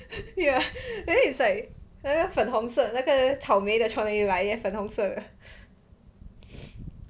ya then it's like 那个粉红色那个草莓的 strawberry 来粉红色的